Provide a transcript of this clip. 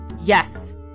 Yes